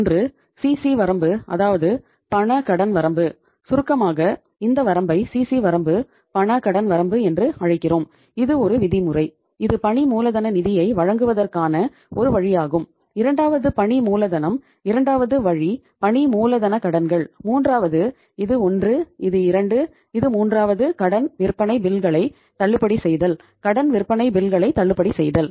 ஒன்று சிசி தள்ளுபடி செய்தல்